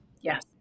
Yes